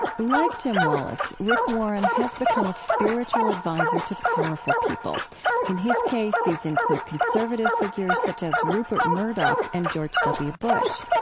like jim wallis, rick warren has become a spiritual advisor to powerful people in his case, these include conservative figures such as rupert murdoch and george w. bush.